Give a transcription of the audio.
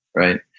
right?